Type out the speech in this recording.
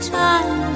time